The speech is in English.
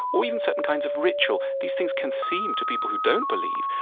or even certain kinds of ritual. these things can seem, to people who don't believe,